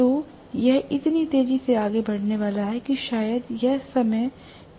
तो यह इतनी तेजी से आगे बढ़ने वाला है कि शायद यह समय t t0 था